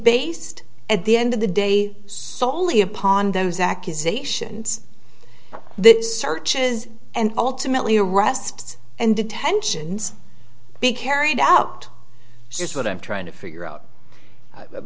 based at the end of the day soley upon those accusations this search is and ultimately arrests and detentions be carried out just what i'm trying to figure out